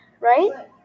Right